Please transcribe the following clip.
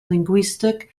linguistic